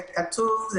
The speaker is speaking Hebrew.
זה כתוב.